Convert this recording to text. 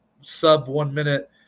sub-one-minute